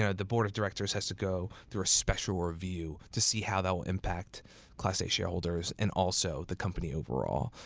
and the board of directors has to go through a special review to see how that will impact class a shareholders, and also the company overall.